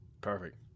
Perfect